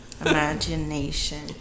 imagination